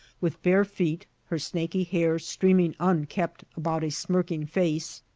with bare feet, her snaky hair streaming unkempt about a smirking face,